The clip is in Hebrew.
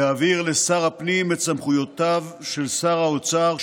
להעביר לשר הפנים את סמכויותיו של שר האוצר,